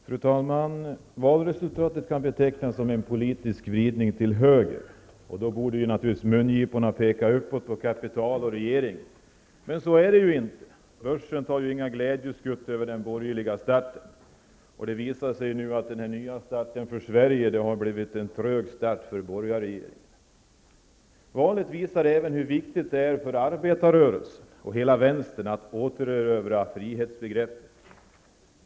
Fru talman! Valresultatet kan betraktas som en politisk vridning till höger. Nu borde mungiporna peka uppåt på kapital och regering, men icke, börsen tar inga glädjeskutt över den borgerliga starten. Det visar sig att ''Ny start för Sverige'' har blivit en trög start för borgarregeringen. Valet visade även hur viktigt det är för arbetarrörelsen och hela vänstern att återerövra frihetsbegreppet.